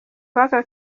w’aka